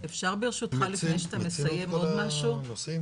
אפשר ברשותך אם זה נכון